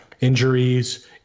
injuries